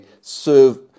serve